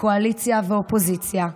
קואליציה ואופוזיציה,